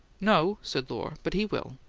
no, said lohr. but he will.